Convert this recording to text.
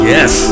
Yes